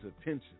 attention